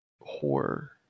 horror